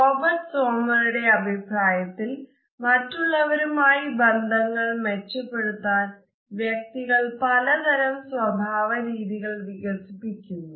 Robert സോമ്മറുടെ അഭിപ്രായത്തിൽ മറ്റുള്ളവരുമായി ബന്ധങ്ങൾ മെച്ചപ്പെടുത്താൻ വ്യക്തികൾ പല തരം സ്വഭാവരീതികൾ വികസിപ്പിക്കുന്നു